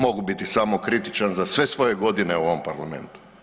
Mogu biti samokritičan za sve svoje godine u ovom Parlamentu.